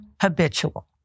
habitual